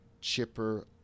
chipper